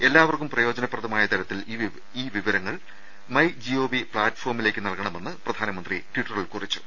എല്ലാവർക്കും പ്രയോജന പ്രദമായ തര ത്തിൽ ഈ വിവരങ്ങൾ ാൃഴ്ച് പ്ലാറ്റ്ഫോമിലേക്ക് നൽക ണമെന്ന് പ്രധാനമന്ത്രി ട്വിറ്ററിൽ കുറിച്ചു